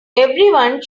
everyone